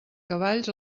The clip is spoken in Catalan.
cavalls